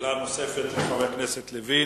שאלה נוספת לחבר הכנסת לוין,